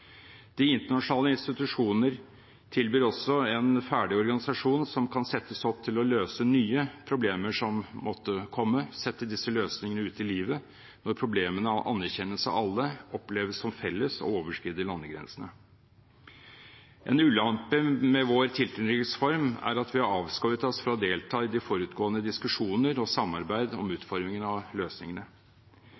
De internasjonale institusjoner tilbyr også en ferdig organisasjon som kan settes opp til å løse nye problemer som måtte komme, sette disse løsningene ut i livet når problemene anerkjennes av alle, oppleves som felles og overskrider landegrensene. En ulempe med vår tilknytningsform er at vi har avskåret oss fra å delta i de forutgående diskusjoner og samarbeid om